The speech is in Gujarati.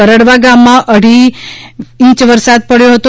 પરડવા ગામમાં અઢી વરસાદ પડ્યો હતો